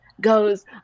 goes